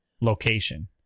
location